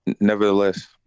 nevertheless